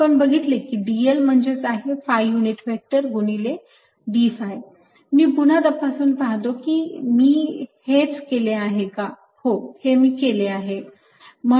आपण बघितले आहे की dl म्हणजेच आहे phi युनिट व्हेक्टर गुणिले d phi मी पुन्हा एकदा तपासून पाहतो की मी हेच केले आहे का हो हे मी केले आहे